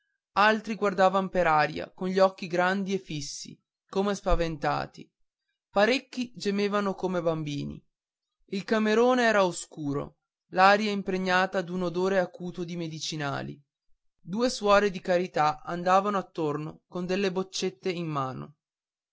altri guardavan per aria con gli occhi grandi e fissi come spaventati parecchi gemevano come bambini il camerone era oscuro l'aria impregnata d'un odore acuto di medicinali due suore di carità andavano attorno con delle boccette in mano